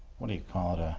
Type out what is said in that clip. what do you call it. ah